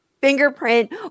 fingerprint